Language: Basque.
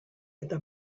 eta